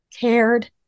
cared